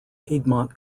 piedmont